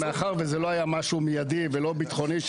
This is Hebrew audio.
מאחר שזה לא היה משהו מיידי ולא ביטחוני,